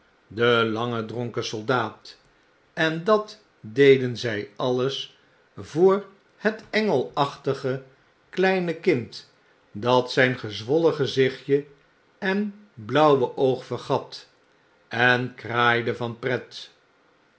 den langen dronken soldaat en dat deden zg alles voor het engelachtige kleine kind dat zjjn gezwollen gezichtje en blauwe oog vergat en kraaide van pret